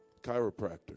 chiropractor